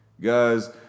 Guys